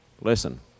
Listen